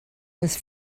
was